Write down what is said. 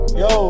yo